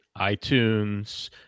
iTunes